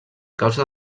causa